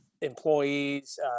employees